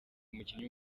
umukinnyi